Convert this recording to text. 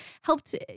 helped